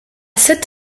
sept